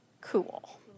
cool